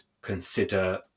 consider